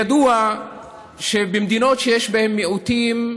ידוע שבמדינות שיש בהן מיעוטים,